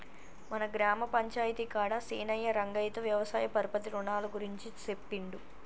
మన గ్రామ పంచాయితీ కాడ సీనయ్యా రంగయ్యతో వ్యవసాయ పరపతి రునాల గురించి సెప్పిండు